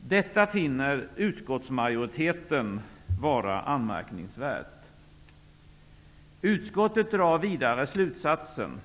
Detta finner utskottsmajoriteten vara anmärkningsvärt. Utskottet drar vidare slutsatsen